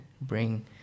bring